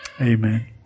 Amen